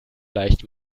leicht